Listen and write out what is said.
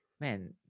man